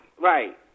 right